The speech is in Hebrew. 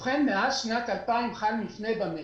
מאז שנת 2000 חל מפנה במשק,